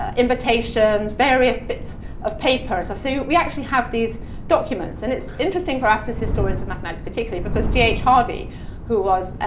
ah invitations, various bits of papers, so we actually have these documents, and it's interesting for us as historians of mathematics particularly because g h. hardy who was